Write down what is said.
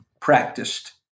practiced